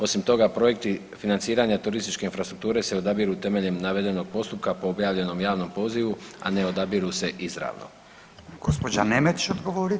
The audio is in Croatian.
Osim toga projekti financiranja turističke infrastrukture se odabiru temeljem navedenog postupka po objavljenom javnom pozivu, a ne odabiru se izravno.